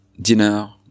dinner